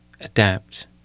adapt